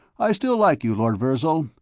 i still like you, lord virzal,